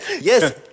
Yes